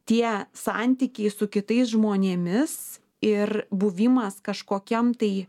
tie santykiai su kitais žmonėmis ir buvimas kažkokiam tai